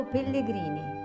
Pellegrini